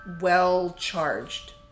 well-charged